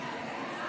של חבר הכנסת